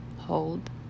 hold